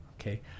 Okay